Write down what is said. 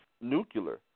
nuclear